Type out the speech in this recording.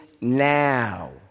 now